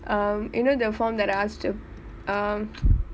um you know the form that I asked you to um